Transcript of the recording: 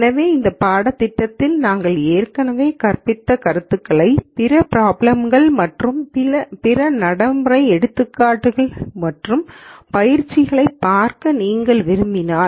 எனவே இந்த பாடத்திட்டத்தில் நாங்கள் ஏற்கனவே கற்பித்த கருத்துக்களுக்கான பிற ப்ராப்ளம் கள் மற்றும் பிற நடைமுறை எடுத்துக்காட்டுகள் மற்றும் பயிற்சிகளைப் பார்க்க நீங்கள் விரும்பலாம்